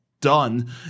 done